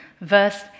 verse